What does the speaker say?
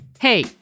Hey